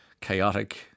Chaotic